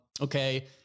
okay